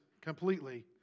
completely